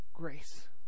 Grace